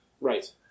Right